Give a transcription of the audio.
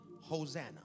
Hosanna